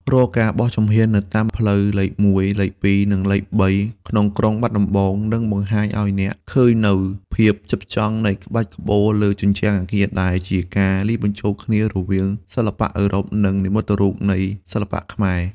រាល់ការបោះជំហាននៅតាមផ្លូវលេខ ១ លេខ ២ និងលេខ ៣ ក្នុងក្រុងបាត់ដំបង នឹងបង្ហាញឱ្យអ្នកឃើញនូវភាពផ្ចិតផ្ចង់នៃក្បាច់ក្បូរលើជញ្ជាំងអគារ ដែលជាការលាយបញ្ចូលគ្នារវាងសិល្បៈអឺរ៉ុប និងនិមិត្តរូបនៃសិល្បៈខ្មែរ។